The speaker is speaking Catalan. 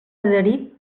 adherit